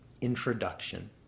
introduction